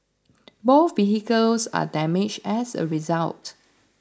both vehicles were damaged as a result